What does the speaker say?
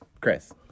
Chris